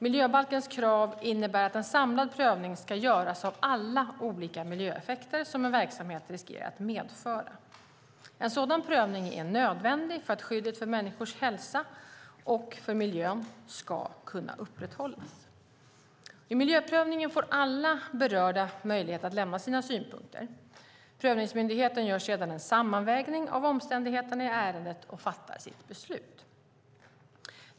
Miljöbalkens krav innebär att en samlad prövning ska göras av alla olika miljöeffekter som en verksamhet riskerar att medföra. En sådan prövning är nödvändig för att skyddet för människors hälsa och för miljön ska kunna upprätthållas. I miljöprövningen får alla berörda möjlighet att lämna sina synpunkter. Prövningsmyndigheten gör sedan en sammanvägning av omständigheterna i ärendet och fattar sitt beslut.